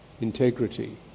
integrity